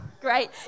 great